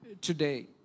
today